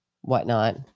whatnot